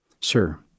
Sir